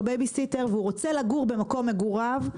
בייביסיטר והוא רוצה לגור במקום מגוריו,